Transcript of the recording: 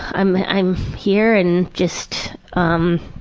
i'm i'm here and just um,